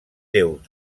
déus